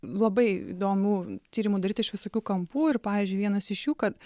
labai įdomių tyrimų daryta iš visokių kampų ir pavyzdžiui vienas iš jų kad